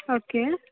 okay